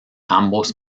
ambos